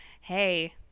hey